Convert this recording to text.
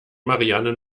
marianne